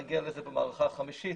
נגיע לזה במערכה החמישית,